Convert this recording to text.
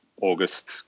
August